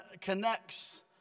connects